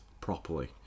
properly